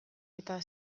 eta